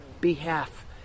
behalf